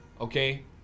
okay